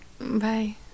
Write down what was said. Bye